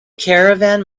caravan